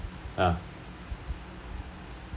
yeah